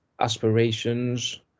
aspirations